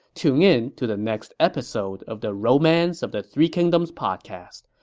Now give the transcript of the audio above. tune in to the next episode of the romance of the three kingdoms podcast.